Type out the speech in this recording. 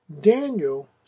Daniel